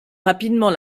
rapidement